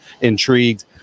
intrigued